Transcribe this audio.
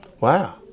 Wow